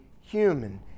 human